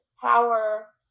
power